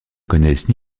connaissent